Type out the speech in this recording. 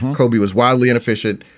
kobe was wildly inefficient,